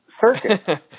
Circuit